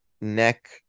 neck